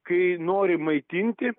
kai nori maitinti